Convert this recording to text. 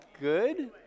Good